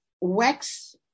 wax